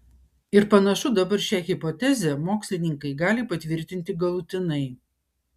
ir panašu dabar šią hipotezę mokslininkai gali patvirtinti galutinai